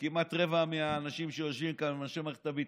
כמעט רבע מהאנשים שיושבים כאן הם אנשי מערכת הביטחון,